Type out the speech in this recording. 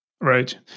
Right